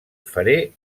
faré